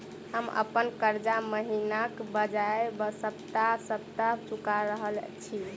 हम अप्पन कर्जा महिनाक बजाय सप्ताह सप्ताह चुका रहल छि